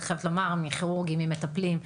אני חייבת לומר, מכירורגים, ממטפלים,